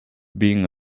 being